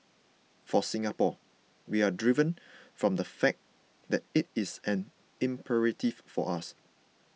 for Singapore we are driven from the fact that it is an imperative for us